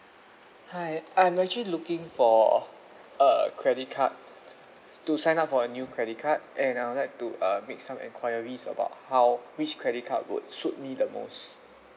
hi I'm actually looking for a credit card to sign up for a new credit card and I would like to uh make some enquiries about how which credit card would suit me the most